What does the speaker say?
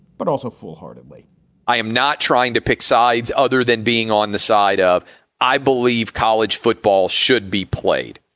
but also full heartedly i am not trying to pick sides other than being on the side of i believe college football should be played,